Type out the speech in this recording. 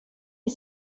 est